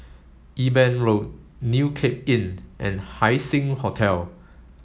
Eben Road New Cape Inn and Haising Hotel